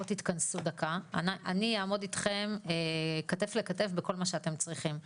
אני אעמוד איתכם כתף אל כתף בכל מה שאתם צריכים.